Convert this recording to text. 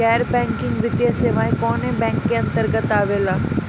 गैर बैंकिंग वित्तीय सेवाएं कोने बैंक के अन्तरगत आवेअला?